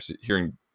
hearing